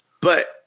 But-